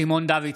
סימון דוידסון,